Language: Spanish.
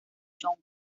jones